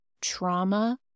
trauma